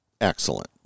excellent